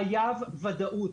חייב ודאות.